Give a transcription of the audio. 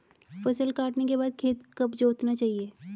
फसल काटने के बाद खेत कब जोतना चाहिये?